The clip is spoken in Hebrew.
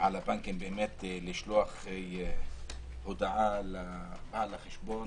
של הבנקים לשלוח הודעה לבעל החשבון.